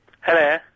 Hello